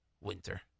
Winter